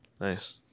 Nice